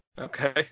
Okay